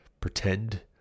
pretend